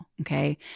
okay